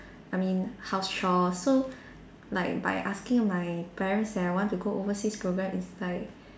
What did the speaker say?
I mean house chores so like by asking my parents that I want to go overseas program it's like